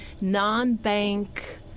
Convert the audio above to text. non-bank